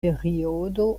periodo